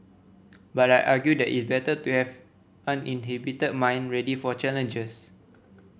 but I argue that it better to have uninhibited mind ready for challenges